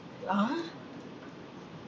!huh!